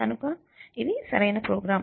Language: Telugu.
కనుక ఇది సరైన ప్రోగ్రామ్